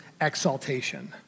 exaltation